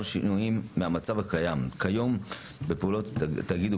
שינויים מהמצב הקיים כיום בפעולות התאגיד,